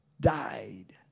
died